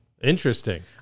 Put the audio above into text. Interesting